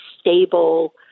stable